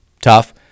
tough